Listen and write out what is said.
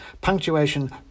punctuation